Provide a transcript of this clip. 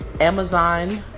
Amazon